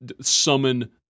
summon